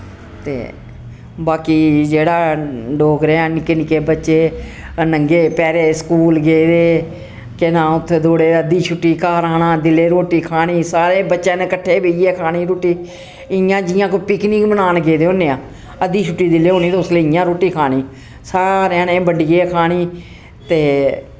ते बाकी जेह्ड़ा डोगरे हैन निक्के निक्के बच्चे नंगे पैरे स्कूल गेदे केह् नां उत्थै दौड़े अध्दी छुट्टी घर आना दिलै रोटी खानी सारे बच्चे नै कट्ठे बेहियै खानी रुट्टी इयां जियां कोई पिकनिक मनान गेदे होन्ने आं अध्दी छुट्टी जिसलै होनी ते उसलै इ'यां रुट्टी खानी सारें जने बंडियै खानी ते